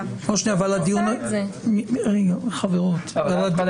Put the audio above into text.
הדיון ----- היושב-ראש לא התכוון.